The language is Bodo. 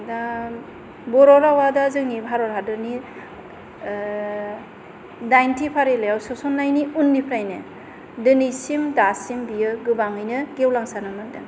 दा बर' रावा दा जोंनि भारत हादरनि दाइनथि फारिलाइयाव सोसननायनि उननिफ्रायनो दिनैसिम दासिम बेयो गोबाङैनो गेवलांसारनो मोनदों